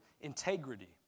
integrity